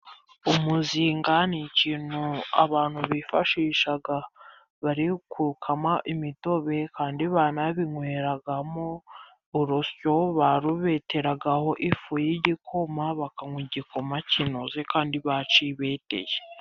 Umuzinga ni ikintu abantu bifashishaga bari gukama imitobe, kandi banabinyweragamo, urusyo barubeteragaho ifu y'igikoma, bakanywa igikoma kinoze kandi bacyibeteye .